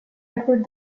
edward